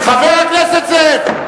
חבר הכנסת זאב.